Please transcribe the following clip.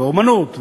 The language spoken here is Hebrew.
אמנות,